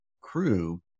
crew